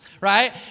right